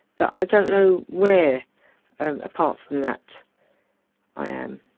but i don't know where apart from that i am,